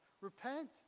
Repent